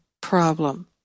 problem